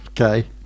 Okay